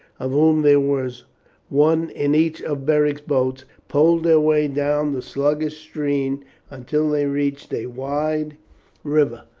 of whom there was one in each of beric's boats, poled their way down the sluggish stream until they reached a wide river.